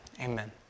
Amen